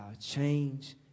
Change